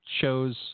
shows